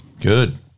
Good